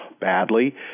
badly